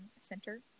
center